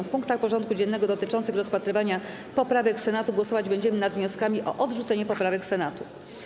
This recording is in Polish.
W punktach porządku dziennego dotyczących rozpatrywania poprawek Senatu głosować będziemy nad wnioskami o odrzucenie poprawek Senatu.